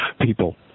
people